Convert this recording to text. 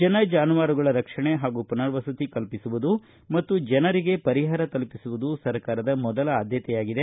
ಜನ ಜಾನುವಾರುಗಳ ರಕ್ಷಣೆ ಹಾಗೂ ಪುನರ್ವಸತಿ ಕಲ್ಪಿಸುವುದು ಮತ್ತು ಜನರಿಗೆ ಪರಿಹಾರ ತಲುಪಿಸುವುದು ಸರ್ಕಾರದ ಮೊದಲ ಆದ್ಯತೆಯಾಗಿದೆ